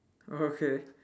oh okay